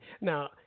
now